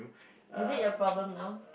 is it your problem now